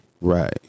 right